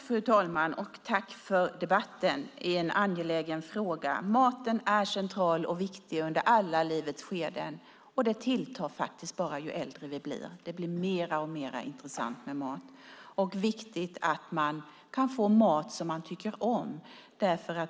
Fru talman! Tack för debatten i en angelägen fråga! Maten är central och viktig under alla livets skeden, och det tilltar faktiskt ju äldre vi blir. Det blir mer och mer intressant med mat. Det är viktigt att man får mat man tycker om.